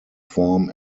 form